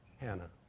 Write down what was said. Hannah